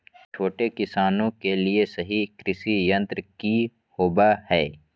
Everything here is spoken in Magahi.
छोटे किसानों के लिए सही कृषि यंत्र कि होवय हैय?